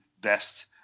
best